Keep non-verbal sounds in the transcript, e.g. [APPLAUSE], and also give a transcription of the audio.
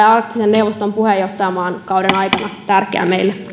[UNINTELLIGIBLE] arktisen neuvoston puheenjohtajakauden aikana tärkeää meille